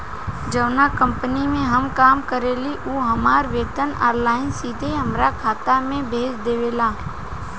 जावना कंपनी में हम काम करेनी उ हमार वेतन ऑनलाइन सीधे हमरा खाता में भेज देवेले